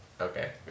Okay